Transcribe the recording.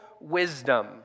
wisdom